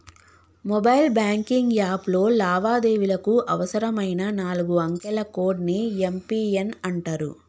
mobile banking యాప్లో లావాదేవీలకు అవసరమైన నాలుగు అంకెల కోడ్ ని యం.పి.ఎన్ అంటరు